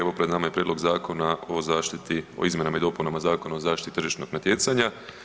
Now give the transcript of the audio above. Evo pred nama je Prijedlog zakona o izmjenama i dopunama Zakona o zaštiti tržišnog natjecanja.